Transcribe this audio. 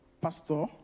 Pastor